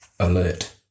alert